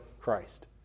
Christ